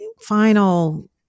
final